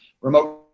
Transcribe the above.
remote